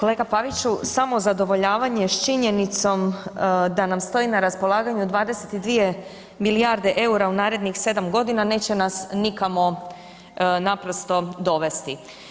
Kolega Paviću samozadovoljavanje s činjenicom da nam stoji na raspolaganju 22 milijarde EUR-a u narednih 7 godina neće nas nikamo naprosto dovesti.